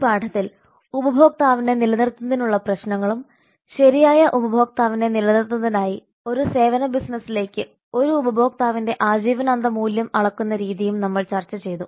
ഈ പാഠത്തിൽ ഉപഭോക്താക്കളെ നിലനിർത്തുന്നതിനുള്ള പ്രശ്നങ്ങളും ശരിയായ ഉപഭോക്താവിനെ നിലനിർത്തുന്നതിനായി ഒരു സേവന ബിസിനസ്സിലേക്ക് ഒരു ഉപഭോക്താവിന്റെ ആജീവനാന്ത മൂല്യം അളക്കുന്ന രീതിയും നമ്മൾ ചർച്ച ചെയ്തു